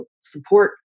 support